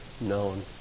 known